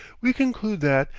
we conclude that,